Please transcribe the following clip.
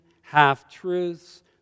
half-truths